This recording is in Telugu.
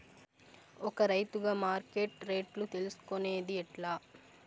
ఒక రైతుగా మార్కెట్ రేట్లు తెలుసుకొనేది ఎట్లా?